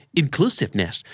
inclusiveness